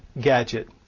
gadget